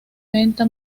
venta